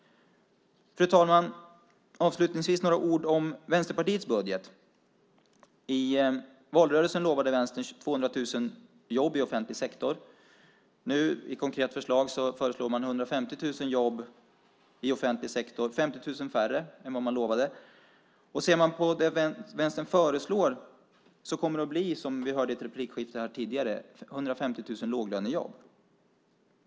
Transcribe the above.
Fru talman! Avslutningsvis vill jag säga några ord om Vänsterpartiets budget. I valrörelsen lovade Vänstern 200 000 jobb i offentlig sektor. Nu i konkret förslag föreslår man 150 000 jobb i offentlig sektor. Det är 50 000 färre än vad man lovade. Enligt det som Vänstern föreslår kommer det att bli, som vi hörde i ett replikskifte här tidigare, 150 000 låglönejobb.